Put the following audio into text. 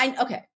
okay